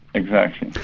exactly.